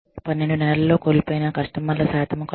12 నెలల్లో కోల్పోయిన కస్టమర్ల శాతం కొలవడం